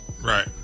Right